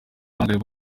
bangahe